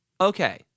okay